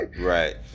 Right